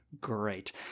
great